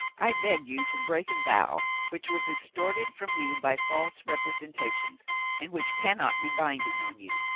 i beg you to break a vow which was extorted from you by false representations and which cannot be binding on you.